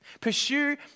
Pursue